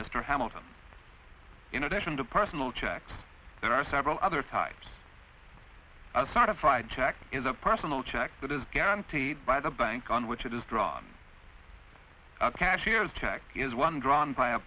mr hamilton in addition to personal checks there are several other types of certified check is a personal check that is guaranteed by the bank on which it is drawn a cashier's check is one drawn by a